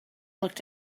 looked